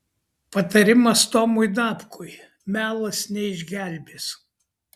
patarimas tomui dapkui melas neišgelbės